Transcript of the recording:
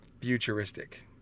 futuristic